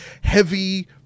heavy